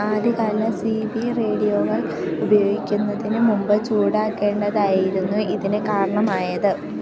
ആദ്യകാല C B റേഡിയോകൾ ഉപയോഗിക്കുന്നതിന് മുമ്പ് ചൂടാക്കേണ്ടതായിരുന്നു ഇതിന് കാരണമായത്